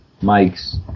Mike's